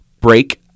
Break